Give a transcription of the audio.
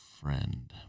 friend